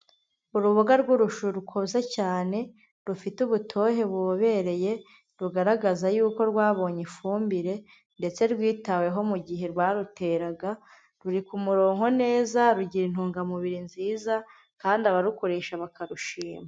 Uruboga rw'urushu rukuze cyane, rufite ubutohe bubobereye, rugaragaza yuko rwabonye ifumbire, ndetse rwitaweho mu gihe baruteraga, ruri ku murongo neza, rugira intungamubiri nziza kandi abarukoresha bakarushima.